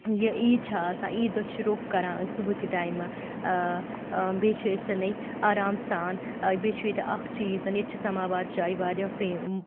یہِ عیٖد چھِ آسان عیٖد دۄہ چھِ روٚف کَران أسۍ صُبحک ٹایمہٕ بیٚیہِ چھِ أسۍ نَے آرام سان بیٚیہِ چھُ ییٚتہِ اَکھ چیٖز ییٚتہِ چھِ سَماوار چاے واریاہ فیٚم